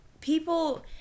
people